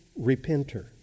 repenter